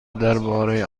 درباره